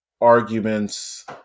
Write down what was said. arguments